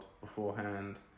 beforehand